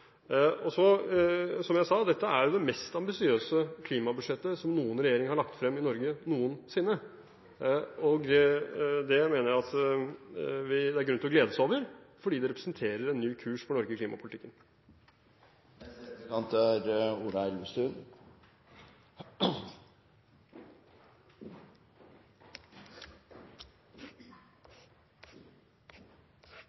Som jeg sa, dette er jo det mest ambisiøse klimabudsjettet som noen regjering har lagt frem i Norge noensinne. Det mener jeg at det er grunn til å glede seg over, fordi det representerer en ny kurs for Norge